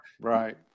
right